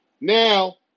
Now